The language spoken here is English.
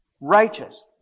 righteous